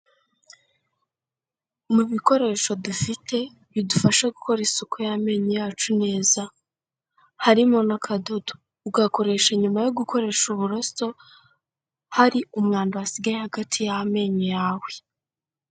Mu bikoresho dufite bidufasha gukora isuku y'amenyo yacu neza, harimo n'akadodo ugakoresha nyuma yo gukoresha uburoso hari umwanda wasigaye hagati y'amenyo yawe.